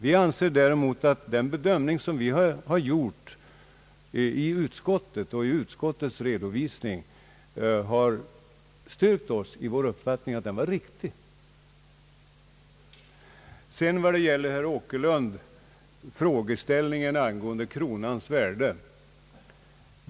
Vi anser däremot att den bedömning vi gjorde i utskottet var riktig och redovisningen har styrkt oss i vår uppfattning. Herr Åkerlund tog upp frågeställningen angående kronans värde.